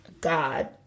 God